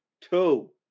Two